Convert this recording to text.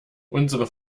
unsere